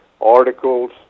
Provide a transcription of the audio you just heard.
articles